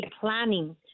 planning